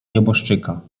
nieboszczyka